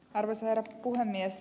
arvoisa herra puhemies